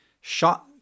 shot